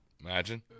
Imagine